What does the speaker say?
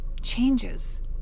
changes